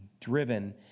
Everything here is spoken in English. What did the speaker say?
driven